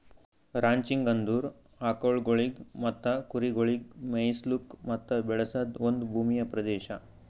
ranching ಅಂದುರ್ ಆಕುಲ್ಗೊಳಿಗ್ ಮತ್ತ ಕುರಿಗೊಳಿಗ್ ಮೆಯಿಸ್ಲುಕ್ ಮತ್ತ ಬೆಳೆಸದ್ ಒಂದ್ ಭೂಮಿಯ ಪ್ರದೇಶ